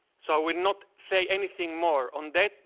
so i will not say anything more on that.